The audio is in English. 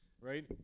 Right